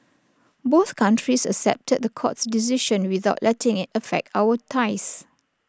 both countries accepted the court's decision without letting IT affect our ties